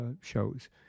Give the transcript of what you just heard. shows